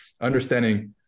understanding